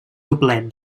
doblet